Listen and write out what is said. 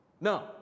No